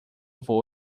vou